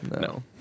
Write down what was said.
No